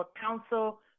Council